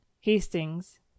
Hastings